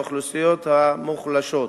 באוכלוסיות המוחלשות.